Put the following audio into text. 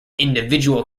individual